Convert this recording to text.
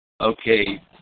Okay